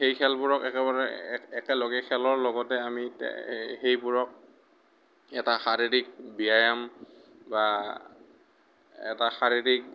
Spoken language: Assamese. এই খেলবোৰক একেবাৰে এক একেলগে খেলৰ লগতে আমি সেইবোৰক এটা শাৰীৰিক ব্যায়াম বা এটা শাৰীৰিক